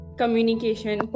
communication